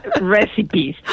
recipes